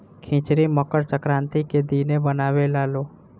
खिचड़ी मकर संक्रान्ति के दिने बनावे लालो